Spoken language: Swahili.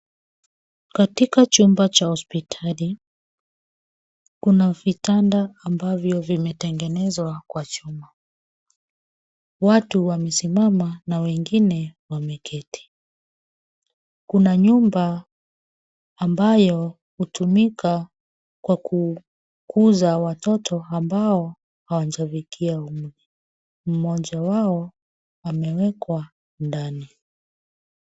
Katika chumba cha hospitali kuna vitanda ambavyo vimetengenezwa kwa chuma. watu wamesimama na wengine wameketi. Kuna nyumba ambayo hutumika kwa kukuza watoto ambao hawajafikia umri. Moja wao amewekwa ndani.